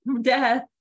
death